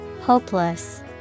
Hopeless